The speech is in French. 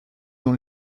dans